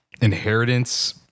inheritance